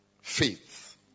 faith